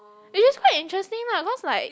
which is quite interesting lah cause like